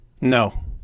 No